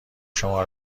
شما